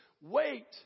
wait